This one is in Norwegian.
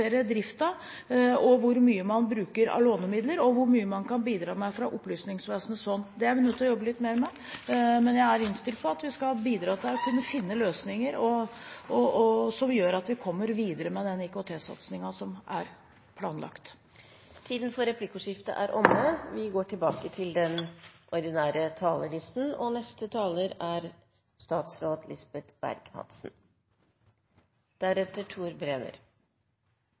det et spørsmål hvor mye av dagens driftsmidler som skal legges inn og eventuelt finansiere driften, hvor mye man bruker av lånemidler, og hvor mye man kan bidra med fra Opplysningsvesenets fond. Det er vi nødt til å jobbe litt mer med, men jeg er innstilt på at vi skal bidra til å finne løsninger som gjør at vi kommer videre med den IKT-satsingen som er planlagt. Replikkordskiftet er omme. Regjeringens visjon er